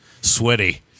Sweaty